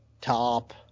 top